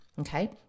Okay